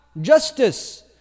justice